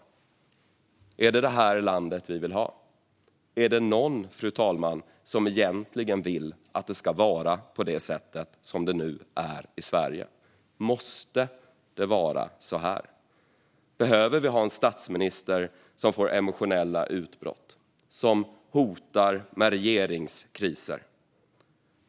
Är det detta land som vi vill ha? Är det någon, fru talman, som egentligen vill att det ska vara på det sätt som det nu är i Sverige? Måste det vara så här? Behöver vi ha en statsminister som får emotionella utbrott och som hotar med regeringskriser?